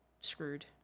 screwed